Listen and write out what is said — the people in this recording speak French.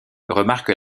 remarque